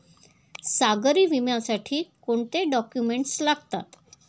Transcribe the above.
सागरी विम्यासाठी कोणते डॉक्युमेंट्स लागतात?